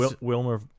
Wilmer